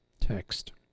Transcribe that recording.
text